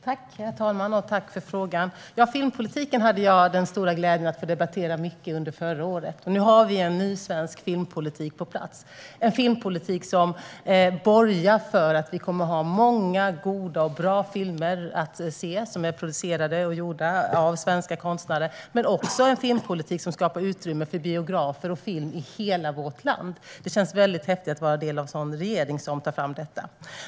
Herr talman! Jag tackar för frågan. Jag hade den stora glädjen att få debattera filmpolitiken mycket under förra året. Nu har vi en ny svensk filmpolitik på plats som borgar för att vi kommer att ha många goda och bra filmer att se som är producerade och gjorda av svenska konstnärer. Det är också en filmpolitik som skapar utrymme för biografer och film i hela vårt land. Det känns mycket häftigt att vara en del av en regering som tar fram detta.